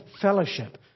fellowship